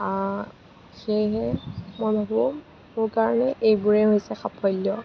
সেয়েহে মই ভাবোঁ মোৰ কাৰণে এইবোৰে হৈছে সাফল্য